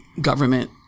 government